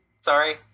Sorry